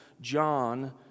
John